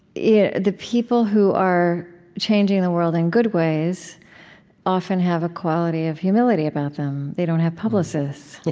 yeah the people who are changing the world in good ways often have a quality of humility about them. they don't have publicists.